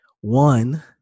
one